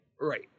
Right